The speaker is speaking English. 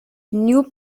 new